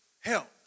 help